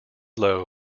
low